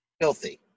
filthy